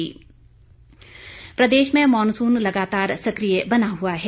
मौसम प्रदेश में मॉनसून लगातार सकिय बना हुआ है